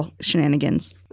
shenanigans